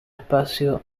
espacio